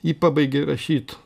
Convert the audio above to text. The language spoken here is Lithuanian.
jį pabaigė rašyt